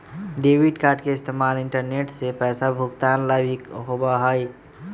debit card के इस्तेमाल internet से पैसा भुगतान ला भी होबा हई